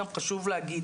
חשוב להגיד,